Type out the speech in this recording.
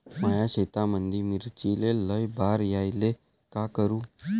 माया शेतामंदी मिर्चीले लई बार यायले का करू?